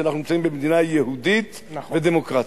שאנחנו נמצאים במדינה יהודית ודמוקרטית,